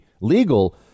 legal